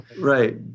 right